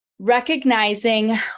recognizing